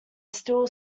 still